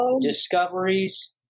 discoveries